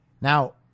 Now